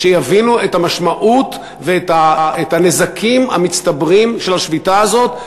שיבינו את המשמעות ואת הנזקים המצטברים של השביתה הזאת,